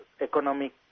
economic